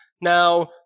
now